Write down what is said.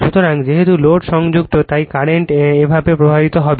সুতরাং যেহেতু লোড সংযুক্ত তাই কারেন্ট এভাবে প্রবাহিত হবে